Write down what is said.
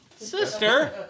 sister